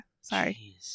Sorry